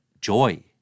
joy